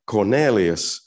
Cornelius